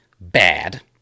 bad